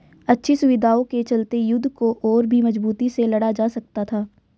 अच्छी सुविधाओं के चलते युद्ध को और भी मजबूती से लड़ा जा सकता था